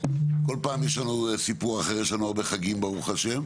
כל פעם יש לנו סיפור אחר יש לנו הרבה חגים ברוך ה',